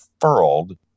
furled